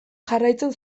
jarraitzen